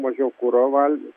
mažiau kuro val